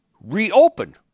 reopen